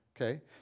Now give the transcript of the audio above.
Okay